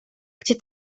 gdzie